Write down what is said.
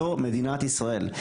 זו מדינת ישראל.